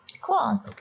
cool